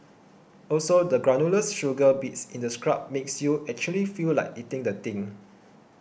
also the granular sugar bits in the scrub makes you actually feel like eating the thing